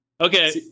Okay